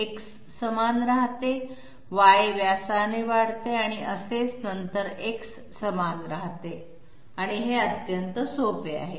X समान राहते Y व्यासाने वाढते आणि असेच नंतर X समान राहते आणि हे अत्यंत सोपे आहे